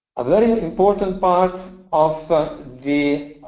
a very important part of the